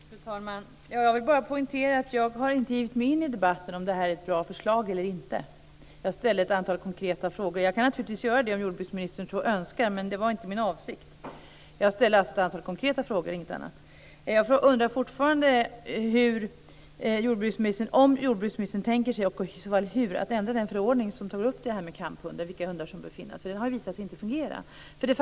Fru talman! Jag vill bara poängtera att jag inte har givit mig in i debatten om det här är ett bra förslag eller inte. Jag har ställt ett antal konkreta frågor. Jag kan naturligtvis ge mig in i debatten om jordbruksministern så önskar, men det var inte min avsikt. Jag ställde alltså ett antal konkreta frågor, ingenting annat. Jag undrar fortfarande om jordbruksministern tänker, och i så fall hur, ändra den förordning som gäller kamphundar. Vilka hundar bör då finnas med? Det har visat sig att förordningen inte fungerar.